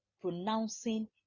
pronouncing